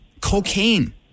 Cocaine